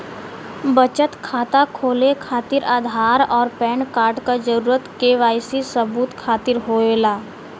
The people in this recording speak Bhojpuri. बचत खाता खोले खातिर आधार और पैनकार्ड क जरूरत के वाइ सी सबूत खातिर होवेला